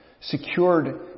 secured